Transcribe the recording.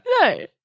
No